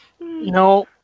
No